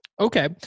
Okay